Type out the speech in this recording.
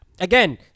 again